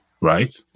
right